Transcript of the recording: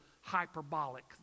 hyperbolic